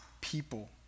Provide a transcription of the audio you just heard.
people